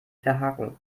verhaken